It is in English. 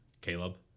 Caleb